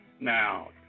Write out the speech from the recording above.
now